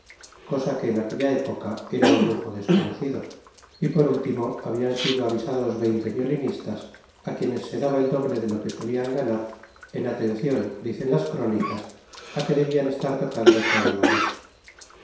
cosa que en aquella época era un lujo desconocido y por último habian sido avisados veinte violinistas á quienes se daba el doble de lo que solian ganar en atencion dicen las crónicas á que debian estar tocando toda la noche